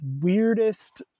weirdest